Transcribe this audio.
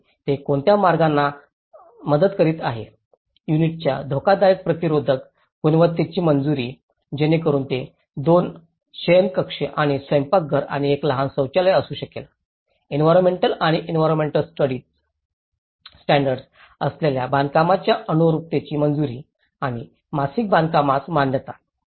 आणि ते कोणत्या मार्गांना मदत करीत आहेत युनिटच्या धोकादायक प्रतिरोधक गुणवत्तेची मंजुरी जेणेकरून ते 2 शयनकक्ष आणि स्वयंपाकघर आणि 1 लहान शौचालय असू शकेल एन्विरॉन्मेंटल आणि एन्विरॉन्मेंटल स्टँडर्ड्स असलेल्या बांधकामांच्या अनुरुपतेची मंजूरी आणि मासिक बांधकामास मान्यता